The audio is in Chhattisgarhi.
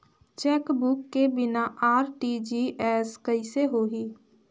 चेकबुक के बिना आर.टी.जी.एस कइसे होही?